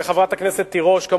וחברת הכנסת תירוש.